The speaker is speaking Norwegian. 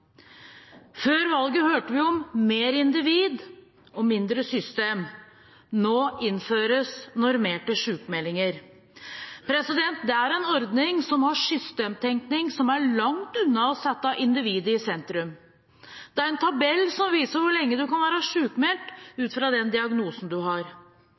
Før valget hørte vi om «mer individ og mindre system» – nå innføres normerte sykemeldinger. Det er en ordning som har systemtenkning som er langt unna å sette individet i sentrum. Det er en tabell som viser hvor lenge du kan være sykmeldt ut fra den diagnosen du har,